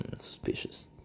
suspicious